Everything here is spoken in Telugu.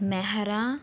మెహరా